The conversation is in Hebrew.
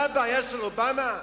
זה הבעיה של אובמה,